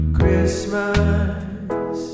Christmas